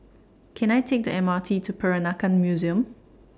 Can I Take The M R T to Peranakan Museum